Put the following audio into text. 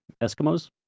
Eskimos